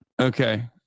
okay